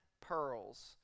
pearls